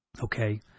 Okay